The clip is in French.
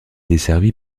desservi